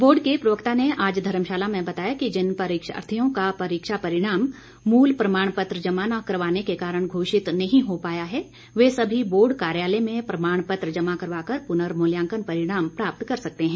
board के प्रवक्ता ने आज धर्मशाला में बताया कि जिन परीक्षार्थियों का परीक्षा परिणाम मूल प्रमाण पत्र जमा न करवाने के कारण घोषित नहीं हो पाया है वे सभी बोर्ड कार्यालय में प्रमाण पत्र जमा करवाकर प्नर्मूल्यांकन परिणाम प्राप्त कर सकते हैं